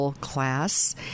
class